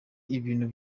ibintu